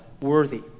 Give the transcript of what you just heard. worthy